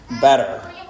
better